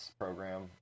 program